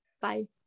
Bye